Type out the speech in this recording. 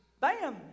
bam